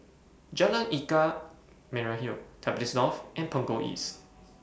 Jalan Ikan Merah Hill Tampines North and Punggol East